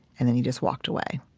and then he just walked away